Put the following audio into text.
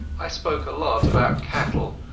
i spoke a lot about cattle,